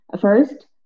First